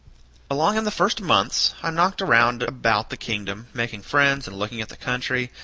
along in the first months i knocked around about the kingdom, making friends and looking at the country,